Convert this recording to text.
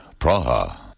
Praha. (